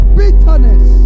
bitterness